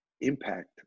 impact